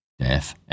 death